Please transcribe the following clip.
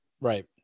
Right